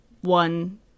one